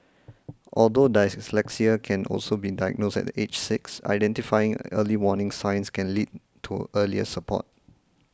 although dyslexia can only be diagnosed at age six identifying early warning signs can lead to earlier support